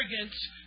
arrogance